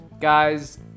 guys